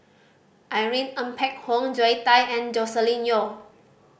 Irene Ng Phek Hoong Zoe Tay and Joscelin Yeo